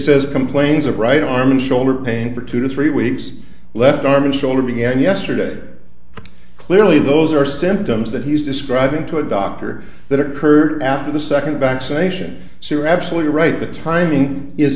it complains of right arm and shoulder pain for two to three weeks left arm and shoulder began yesterday clearly those are symptoms that he's describing to a doctor that occurred after the second vaccination so you're absolutely right the timing is